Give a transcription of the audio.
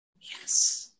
yes